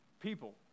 people